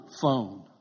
phone